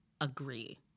agree